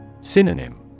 Synonym